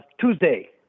Tuesday